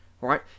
right